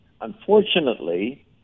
Unfortunately